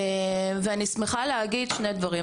ואני שמחה להגיד שני דברים.